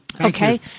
Okay